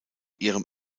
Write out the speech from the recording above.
ihrem